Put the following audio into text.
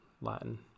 Latin